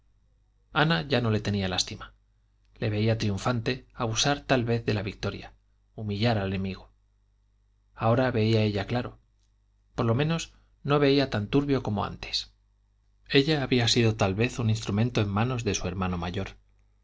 ana ya no le tenía lástima le veía triunfante abusar tal vez de la victoria humillar al enemigo ahora veía ella claro por lo menos no veía tan turbio como antes ella había sido tal vez un instrumento en manos de su hermano mayor